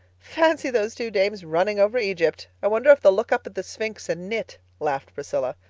fancy those two dames running over egypt! i wonder if they'll look up at the sphinx and knit, laughed priscilla.